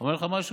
אומר לך משהו?